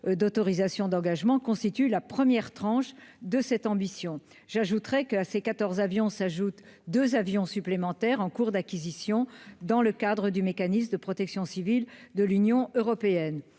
d'autorisations d'engagement constituent la première tranche de cette ambition. À ces quatorze avions s'ajoutent deux avions supplémentaires en cours d'acquisition dans le cadre du mécanisme de protection civile de l'Union européenne